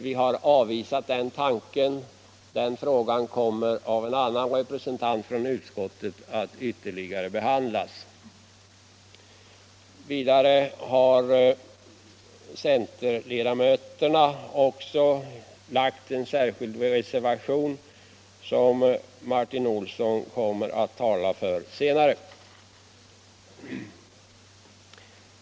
Vi har avvisat den tanken. Den frågan kommer att ytterligare behandlas av en annan representant för utskottet. Vidare har centerledamöterna till betänkandet fogat en reservation, som Martin Olsson kommer att tala för senare.